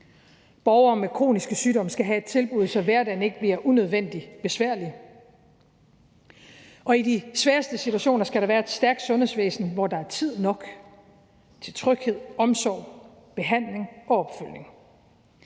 Borgere med kroniske sygdomme skal have et tilbud, så hverdagen ikke bliver unødvendig besværlig. Og i de sværeste situationer skal der være et stærkt sundhedsvæsen, hvor der er tid nok til tryghed, omsorg, behandling og opfølgning